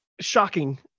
shocking